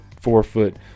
four-foot